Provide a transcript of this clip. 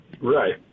Right